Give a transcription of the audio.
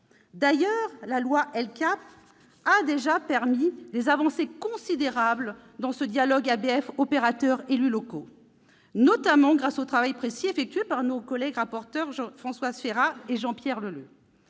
D'ailleurs, la loi LCAP a déjà permis des avancées considérables dans ce dialogue entre les ABF, les opérateurs et les élus locaux, notamment grâce au travail précis effectué par nos collègues Françoise Férat et Jean-Pierre Leleux.